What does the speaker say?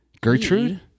Gertrude